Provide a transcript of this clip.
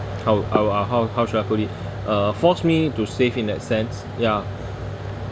how how uh how how should I put it uh force me to save in that sense ya